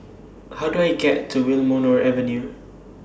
How Do I get to Wilmonar Avenue